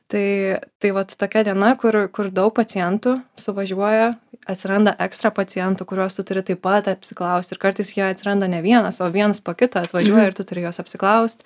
tai tai vat tokia diena kur kur daug pacientų suvažiuoja atsiranda ekstra pacientų kurios turi taip pat apsiklausti ir kartais jei atsiranda ne vienas o viens po kito atvažiuoja ir tu turi juos apsiklaust